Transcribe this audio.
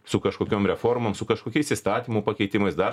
su kažkokiom reformom su kažkokiais įstatymų pakeitimais dar